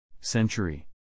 Century